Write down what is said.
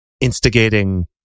instigating